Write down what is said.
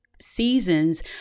seasons